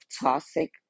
toxic